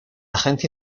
agencia